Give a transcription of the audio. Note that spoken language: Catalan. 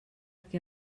què